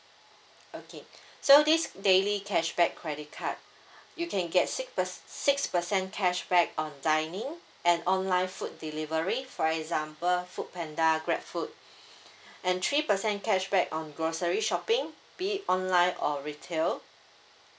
okay so this daily cashback credit card you can get six per~ six percent cashback on dining and online food delivery for example food panda grabfood and three percent cashback on grocery shopping be it online or retail